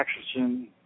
oxygen